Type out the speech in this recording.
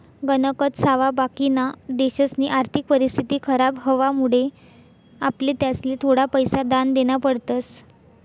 गणकच सावा बाकिना देशसनी आर्थिक परिस्थिती खराब व्हवामुळे आपले त्यासले थोडा पैसा दान देना पडतस